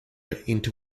into